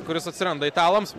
kuris atsiranda italams